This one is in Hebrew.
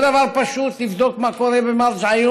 זה לא דבר פשוט לבדוק מה קורה במרג'-עיון